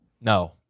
No